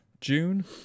June